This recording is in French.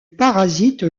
parasite